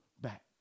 back